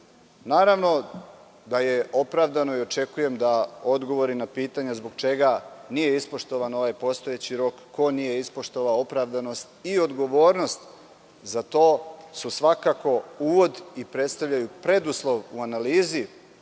nas. Naravno da je opravdano i očekujem da odgovori na pitanja zbog čega nije ispoštovan ovaj postojeći rok, ko nije ispoštovao. Opravdanost i odgovornost za to su svakako uvod i predstavljaju preduslov u analizi